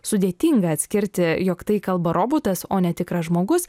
sudėtinga atskirti jog tai kalba robotas o ne tikras žmogus